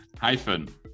hyphen